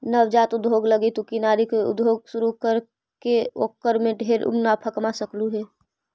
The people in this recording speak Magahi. नवजात उद्योग लागी तु किनारी के उद्योग शुरू करके ओकर में ढेर मुनाफा कमा सकलहुं हे